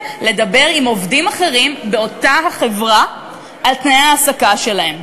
לדבר עם עובדים אחרים באותה החברה על תנאי ההעסקה שלהם.